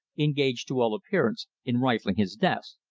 engaged to all appearance in rifling his desk.